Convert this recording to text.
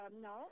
No